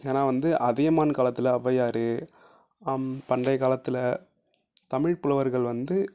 ஏன்னா வந்து அதியமான் காலத்தில் ஔவையார் பண்டைய காலத்தில் தமிழ் புலவர்கள் வந்து